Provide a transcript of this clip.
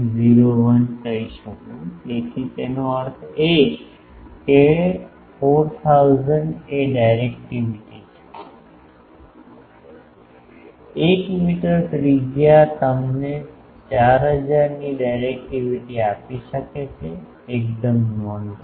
01 કહી શકું તેથી તેનો અર્થ એ કે 4000 એ ડાયરેક્ટિવિટી છે 1 મીટર ત્રિજ્યા તમને 4000 ની ડાયરેક્ટિવિટી આપી શકે છે એકદમ નોંધપાત્ર